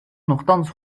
nochtans